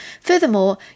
Furthermore